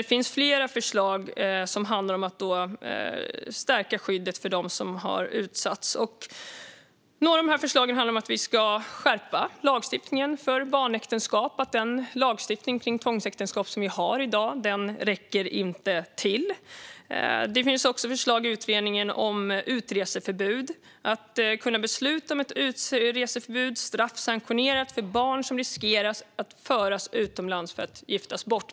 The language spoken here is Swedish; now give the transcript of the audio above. Där finns flera förslag som handlar om att stärka skyddet av dem som har utsatts. Några av förslagen handlar om att vi ska skärpa lagstiftningen för barnäktenskap och att den lagstiftning om tvångsäktenskap som vi har i dag inte räcker till. Det finns också förslag i utredningen om utreseförbud och att kunna besluta om ett straffsanktionerat utreseförbud för barn som riskerar att föras utomlands för att giftas bort.